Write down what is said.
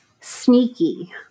sneaky